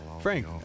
Frank